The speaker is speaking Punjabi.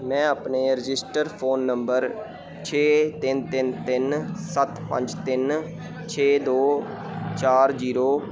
ਮੈਂ ਆਪਣੇ ਰਜਿਸਟਰਡ ਫ਼ੋਨ ਨੰਬਰ ਛੇ ਤਿੰਨ ਤਿੰਨ ਤਿੰਨ ਸੱਤ ਪੰਜ ਤਿੰਨ ਛੇ ਦੋ ਚਾਰ ਜੀਰੋ